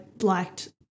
liked